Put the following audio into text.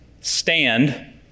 stand